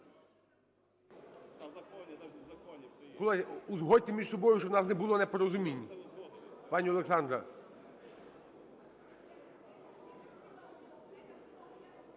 Колеги, узгодьте між собою, щоб у нас не було непорозумінь. Пані Олександра.